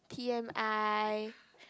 T M I